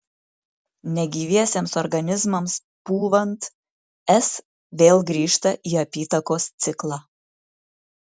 negyviesiems organizmams pūvant s vėl grįžta į apytakos ciklą